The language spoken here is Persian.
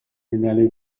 ملل